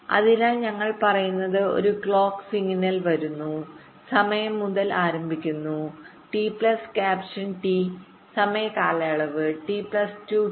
അതിനാൽ ഞങ്ങൾ പറയുന്നത് ഒരു ക്ലോക്ക് സിഗ്നൽ വരുന്നു t സമയം മുതൽ ആരംഭിക്കുന്നു ടി പ്ലസ് ക്യാപിറ്റൽ ടി സമയ കാലയളവ് ടി പ്ലസ് 2 ടി